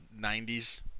90s